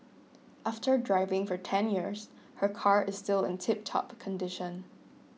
after driving for ten years her car is still in tiptop condition